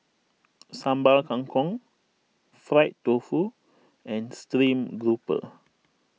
Sambal Kangkong Fried Tofu and Stream Grouper